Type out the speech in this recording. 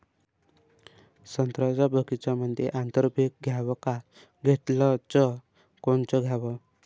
संत्र्याच्या बगीच्यामंदी आंतर पीक घ्याव का घेतलं च कोनचं घ्याव?